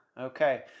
okay